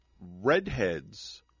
redheads